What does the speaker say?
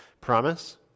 promise